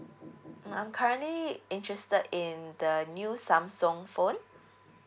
I'm currently interested in the new samsung phone